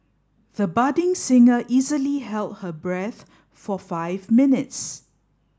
the budding singer easily held her breath for five minutes